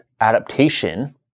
adaptation